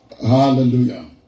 Hallelujah